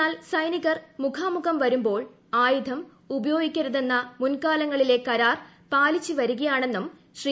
എന്നാൽ സൈനികർ മുഖാമുഖം വരുമ്പോൾ ആയുധം ഉപയോഗിക്കരുതെന്ന മുൻകാലങ്ങളിലെ കരാർ പാലിച്ചു വരികയാണെന്നും ശ്രീ